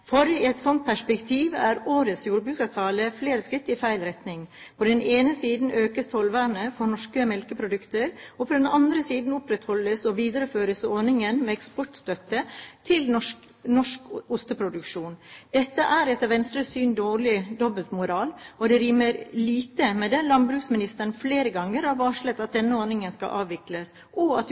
her. I et slikt perspektiv er årets jordbruksavtale flere skritt i feil retning. På den ene siden økes tollvernet for norske melkeprodukter, og på den andre siden opprettholdes og videreføres ordningen med eksportstøtte til norsk osteproduksjon. Dette er, etter Venstres syn, dobbeltmoral, og det rimer lite med at landbruksministeren flere ganger har varslet at denne ordningen skal avvikles, og at